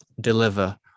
deliver